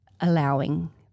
allowing